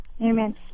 Amen